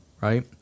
Right